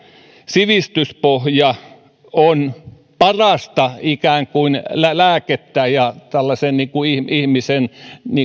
sivistyspohja on parasta ikään kuin lääkettä ja ihmisen